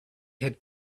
had